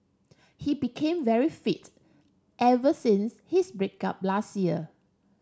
he became very fit ever since his break up last year